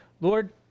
Lord